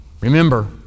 Remember